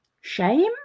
shame